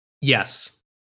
yes